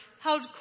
held